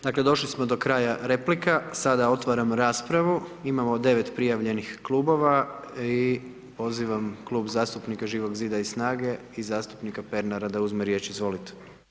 Dakle došli smo do kraja replika, sada otvaram raspravu, imamo 9 prijavljenih klubova i pozivam Klub zastupnika Živog zida i SNAGA-e i zastupnika Pernara da uzme riječ, izvolite.